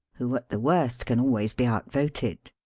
who at the worst can always be out-voted?